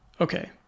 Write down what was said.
Okay